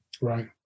Right